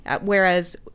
whereas